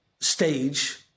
stage